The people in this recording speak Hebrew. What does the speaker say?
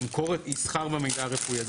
ימכור, יסחר במידע הרפואי הזה.